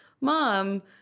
mom